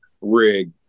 rig